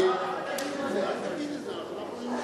אל תגיד את זה.